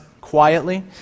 quietly